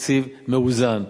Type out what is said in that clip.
תקציב מאוזן,